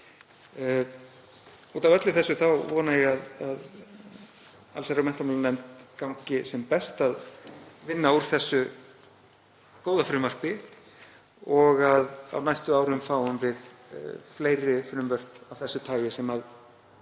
Út af öllu þessu þá vona ég að allsherjar- og menntamálanefnd gangi sem best að vinna úr þessu góða frumvarpi og að á næstu árum fáum við fleiri frumvörp af þessu tagi sem